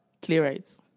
playwrights